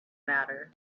matter